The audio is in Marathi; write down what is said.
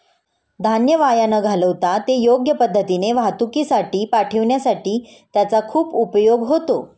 धान्य वाया न घालवता ते योग्य पद्धतीने वाहतुकीसाठी पाठविण्यासाठी त्याचा खूप उपयोग होतो